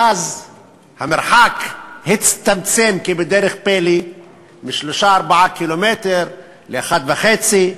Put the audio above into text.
ואז המרחק הצטמצם כבדרך פלא מ-3 4 קילומטר ל-1.5,